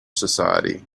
society